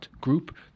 .group